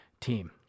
team